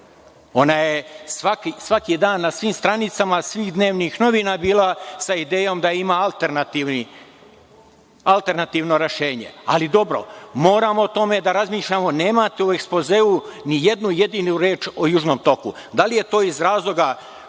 tok. Ona je svaki dan na svim stranicama svih dnevnih novina bila sa idejom da ima alternativno rešenje, ali dobro. Moramo o tome da razmišljamo. Nemate u ekspozeu ni jednu jedinu reč o južnom toku. Da li je to iz razloga